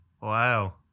Wow